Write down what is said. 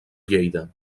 lleida